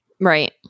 right